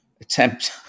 attempt